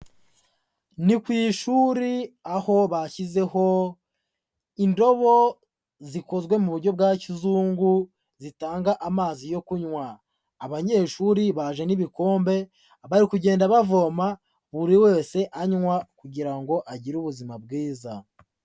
Ni ku ishuri aho bashyizeho indobo zikozwe mu buryo bwa kizungu zitanga amazi yo kunywa, abanyeshuri baje n'ibikombe bari kugenda bavoma buri wese anywa kugira ngo agire ubuzima bwiza.